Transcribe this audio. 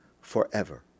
forever